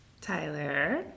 Tyler